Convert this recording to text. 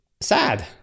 sad